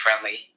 friendly